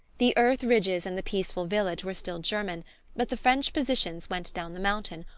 the earth-ridges and the peaceful village were still german but the french positions went down the mountain,